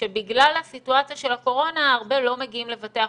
שבגלל הסיטואציה של הקורונה הרבה לא מגיעים לבתי החולים,